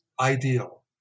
ideal